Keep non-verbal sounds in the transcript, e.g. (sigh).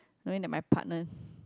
knowing that my partner (breath)